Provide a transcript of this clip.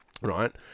Right